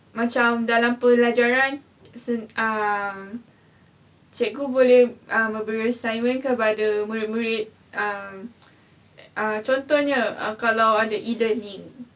macam dalam pelajaran uh um cikgu boleh memberi assignment kepada murid-murid um err contohnya kalau ada E learning